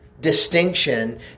distinction